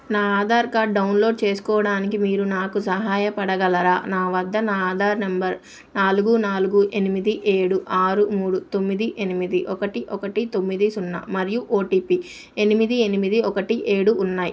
నా Aadhaar card download చేసుకోవడానికి మీరు నాకు సహాయ పడగలరా నా వద్ద నా ఆధార్ నంబర్ నాలుగు నాలుగు ఎనిమిది ఏడు ఆరు మూడు తొమ్మిది ఎనిమిది ఒకటి ఒకటి తొమ్మిది సున్నా మరియు ఓటిపి ఎనిమిది ఎనిమిది ఒకటి ఏడు ఉన్నాయి